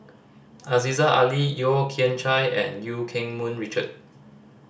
Aziza Ali Yeo Kian Chye and Eu Keng Mun Richard